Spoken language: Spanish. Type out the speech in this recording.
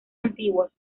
antiguos